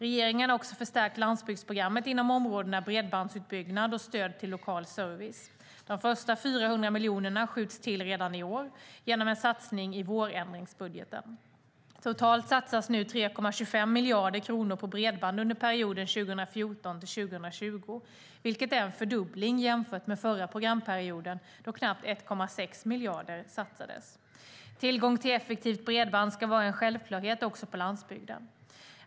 Regeringen har också förstärkt landsbygdsprogrammet inom områdena bredbandsutbyggnad och stöd till lokal service. De första 400 miljonerna skjuts till redan i år genom en satsning i vårändringsbudgeten. Totalt satsas nu 3,25 miljarder kronor på bredband under perioden 2014-2020, vilket är en fördubbling jämfört med förra programperioden, då knappt 1,6 miljarder kronor satsades. Tillgång till effektivt bredband ska vara en självklarhet också på landsbygden.